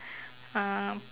um